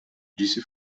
disse